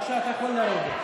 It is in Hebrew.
בבקשה, אתה יכול לרדת.